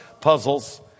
puzzles